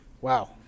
Wow